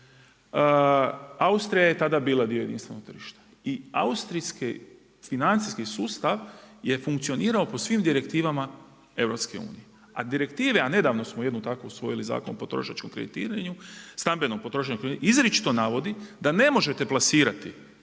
Austrija je tada bila dio jedinstvenog tržišta i austrijski financijski sustav je funkcionirao po svim direktivama EU. A direktive a nedavno smo jednu takvu usvojili, Zakon o potrošačkom kreditiranju, stambenom potrošačkom kreditiranju izričito navodi da ne možete plasirati